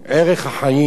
ערך החיים.